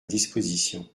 disposition